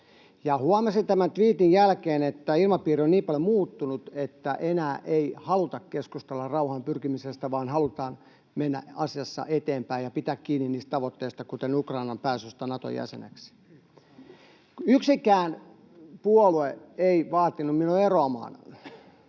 Huomasin tämän tviitin jälkeen, että ilmapiiri on niin paljon muuttunut, että enää ei haluta keskustella rauhaan pyrkimisestä, vaan halutaan mennä asiassa eteenpäin ja pitää kiinni tavoitteista, kuten Ukrainan pääsystä Naton jäseneksi. Yksikään puolue ei vaatinut minua eroamaan